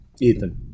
Ethan